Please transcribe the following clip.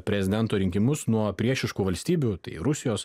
prezidento rinkimus nuo priešiškų valstybių tai rusijos